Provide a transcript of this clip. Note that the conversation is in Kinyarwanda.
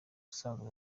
usanzwe